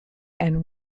and